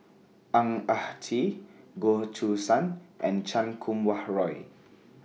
Ang Ah Tee Goh Choo San and Chan Kum Wah Roy